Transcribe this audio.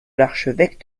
l’archevêque